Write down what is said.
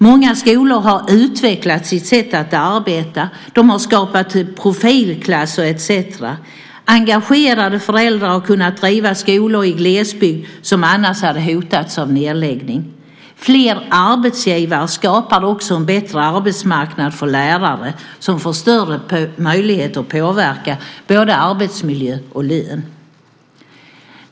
Många skolor har utvecklat sitt sätt att arbeta, skapat profilklasser etcetera. Engagerade föräldrar har kunnat driva glesbygdsskolor som annars hade hotats av nedläggning. Fler arbetsgivare skapar också en bättre arbetsmarknad för lärare, som får större möjlighet att påverka både arbetsmiljö och lön.